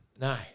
No